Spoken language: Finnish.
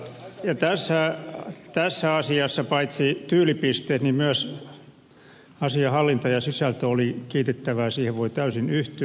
ja tässä asiassa paitsi tyylipisteet niin myös asian hallinta ja sisältö oli kiitettävää siihen voi täysin yhtyä